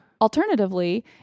alternatively